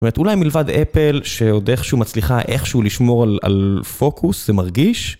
זאת אומרת אולי מלבד אפל שעוד איכשהו מצליחה איכשהו לשמור על פוקוס זה מרגיש?